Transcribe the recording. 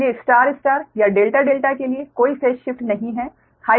इसलिए star star या delta delta के लिए कोई फेस शिफ्ट नहीं है